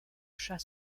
chat